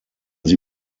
sie